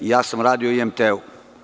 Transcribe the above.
Ja sam radio u IMT-u.